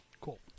Cool